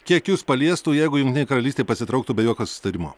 kiek jus paliestų jeigu jungtinė karalystė pasitrauktų be jokio susitarimo